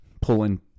pulling